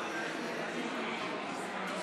אנא מכם,